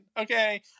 Okay